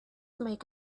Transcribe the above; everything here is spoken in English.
make